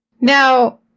Now